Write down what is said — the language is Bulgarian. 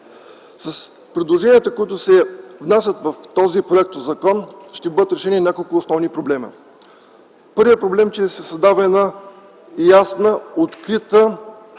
С предложенията, които се внасят с този проектозакон, ще бъдат решени няколко основни проблема: 1. Създаване на ясна, открита